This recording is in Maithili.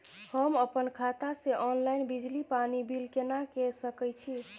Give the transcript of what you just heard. हम अपन खाता से ऑनलाइन बिजली पानी बिल केना के सकै छी?